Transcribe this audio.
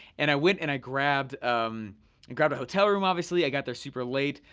and i went and i grabbed um and grabbed a hotel room, obviously. i got there super late.